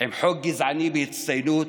עם חוק גזעני בהצטיינות,